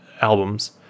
albums